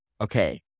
okay